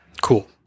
cool